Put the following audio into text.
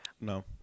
no